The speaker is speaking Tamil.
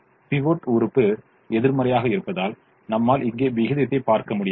பிவோட் உறுப்பு எதிர்மறையாக இருப்பதால் நம்மால் இங்கே விகிதத்தைக் பார்க்க முடியவில்லை